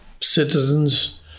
citizens